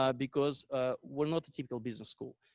um because ah we're not the typical business school.